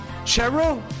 Cheryl